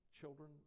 children